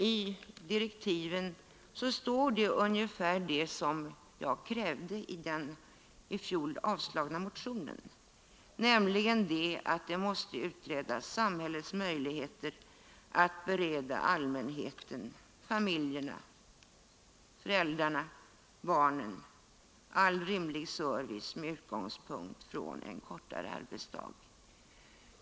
I direktiven står det ungefär detsamma som det jag krävde i den i fjol avslagna motionen, nämligen att samhällets möjligheter att bereda föräldrarna och barnen all rimlig service med utgångspunkt i en kortare arbetsdag måste utredas.